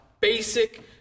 basic